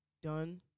done